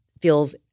feels